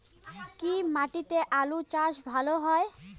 কি মাটিতে আলু চাষ ভালো হয়?